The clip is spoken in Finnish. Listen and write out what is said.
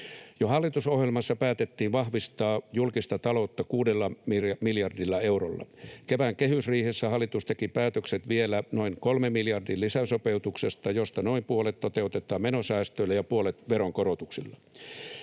Jo hallitusohjelmassa päätettiin vahvistaa julkista taloutta kuudella miljardilla eurolla. Kevään kehysriihessä hallitus teki päätökset vielä noin kolmen miljardin lisäsopeutuksesta, josta noin puolet toteutetaan menosäästöillä ja puolet veronkorotuksilla.